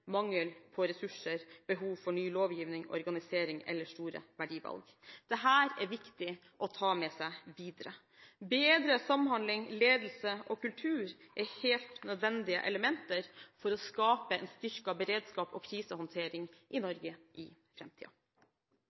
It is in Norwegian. mangel på ressurser, behov for ny lovgivning og organisering og store verdivalg. Dette er det viktig å ta med seg videre. Bedre samhandling, ledelse og kultur er helt nødvendige elementer for å skape en styrket beredskap og krisehåndtering i Norge i